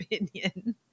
opinion